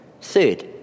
Third